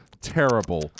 terrible